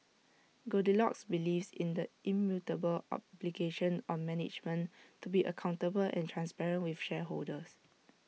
goldilocks believes in the immutable obligation on management to be accountable and transparent with shareholders